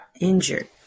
injured